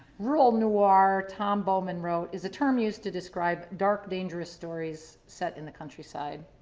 rural noir, tom baldwin wrote, is a term used to describe dark dangerous stories set in the countryside.